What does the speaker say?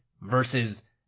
versus